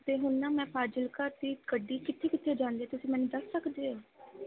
ਅਤੇ ਹੁਣ ਨਾ ਮੈਂ ਫਾਜ਼ਿਲਕਾ ਦੀ ਗੱਡੀ ਕਿੱਥੇ ਕਿੱਥੇ ਜਾਂਦੀ ਤੁਸੀਂ ਮੈਨੂੰ ਦੱਸ ਸਕਦੇ ਹੋ